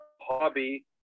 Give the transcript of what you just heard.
hobby